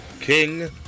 King